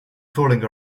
fooling